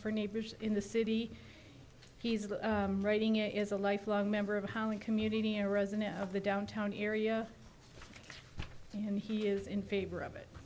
for neighbors in the city he's writing it as a lifelong member of how the community a resident of the downtown area and he is in favor of it